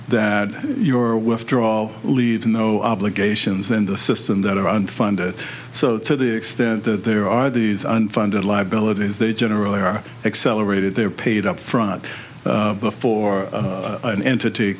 that your withdrawal leave no obligations in the system that are unfunded so to the extent that there are these unfunded liabilities they generally are accelerated they're paid upfront before an entity